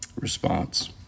response